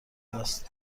است